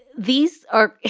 these are,